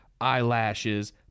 eyelashes